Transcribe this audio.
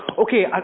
Okay